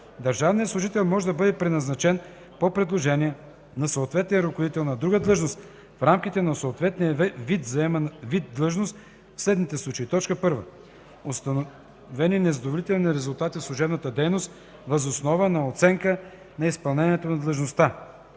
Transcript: Държавният служител може да бъде преназначен по предложение на съответния ръководител на друга длъжност в рамките на съответния вид длъжност в следните случаи: 1. установени незадоволителни резултати в служебната дейност въз основа на оценка на изпълнението на длъжността;